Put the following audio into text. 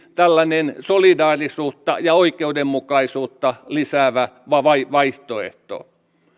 tällainen solidaarisuutta ja oikeudenmukaisuutta lisäävä vaihtoehto